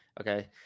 Okay